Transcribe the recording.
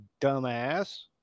dumbass